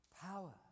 Power